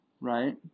right